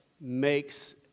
makes